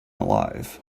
alive